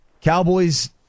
Cowboys